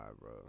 bro